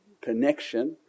connection